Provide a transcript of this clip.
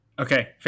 Okay